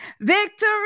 Victory